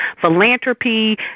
philanthropy